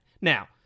Now